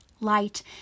light